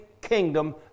kingdom